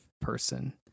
person